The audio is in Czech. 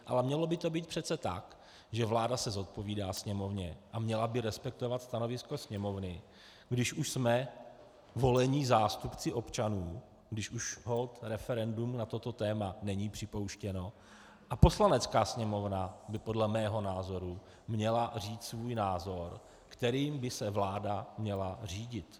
Ale mělo by to být přece tak, že vláda se zodpovídá Sněmovně a měla by respektovat stanovisko Sněmovny, když už jsme volení zástupci občanů, když už holt referendum na toto téma není připouštěno, a Poslanecká sněmovna by podle mého názoru měla říct svůj názor, kterým by se vláda měla řídit.